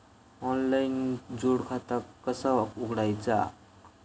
Online जोड खाता कसा उघडायचा?